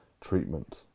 treatment